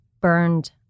burned